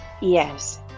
Yes